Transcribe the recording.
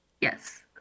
Yes